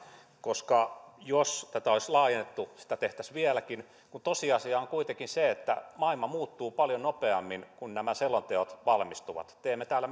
koska jos tätä olisi laajennettu sitä tehtäisiin vieläkin tosiasia on kuitenkin se että maailma muuttuu paljon nopeammin kuin nämä selonteot valmistuvat vaikka teemme täällä